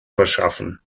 verschaffen